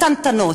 קטנטנות.